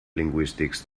lingüístics